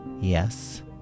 Yes